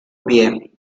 pie